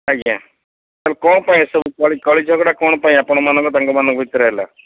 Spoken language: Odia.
ଆଜ୍ଞା ମାନେ କ'ଣ ପାଇଁ ଏସବୁ କଳି କଳି ଝଗଡ଼ା କ'ଣ ପାଇଁ ଆପଣମାନଙ୍କ ତାଙ୍କମାନଙ୍କ ଭିତରେ ହେଲା